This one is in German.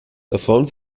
davon